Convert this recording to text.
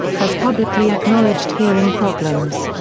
has publicly acknowledged hearing problems.